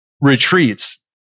retreats